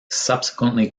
subsequently